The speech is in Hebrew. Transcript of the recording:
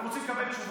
אתם רוצים לקבל תשובה?